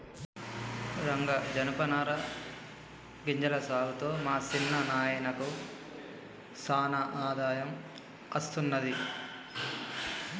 రంగా జనపనార గింజల సాగుతో మా సిన్న నాయినకు సానా ఆదాయం అస్తున్నది